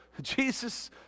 Jesus